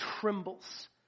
trembles